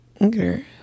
okay